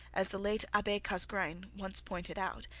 as the late abbe casgrain once pointed out,